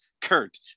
Kurt